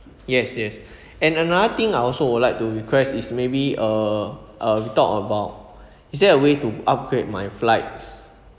yes yes and another thing I also would like to request is maybe uh uh talk about is there a way to upgrade my flights